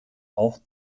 auch